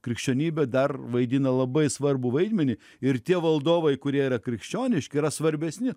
krikščionybė dar vaidina labai svarbų vaidmenį ir tie valdovai kurie yra krikščioniški yra svarbesni